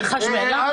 הוא